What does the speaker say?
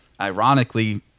ironically